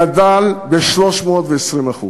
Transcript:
גדלה ב-320%.